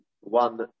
one